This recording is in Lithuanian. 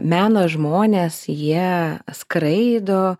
meno žmonės jie skraido